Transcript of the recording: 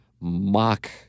mock